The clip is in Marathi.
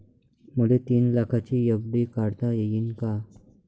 मले तीन लाखाची एफ.डी काढता येईन का?